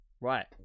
Right